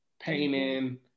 painting